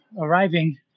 arriving